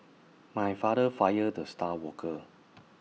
my father fired the star worker